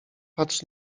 patrz